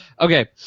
Okay